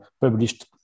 published